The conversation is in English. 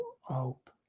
hope